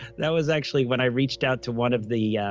that was actually when i reached out to one of the, yeah